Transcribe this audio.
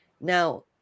Now